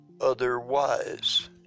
otherwise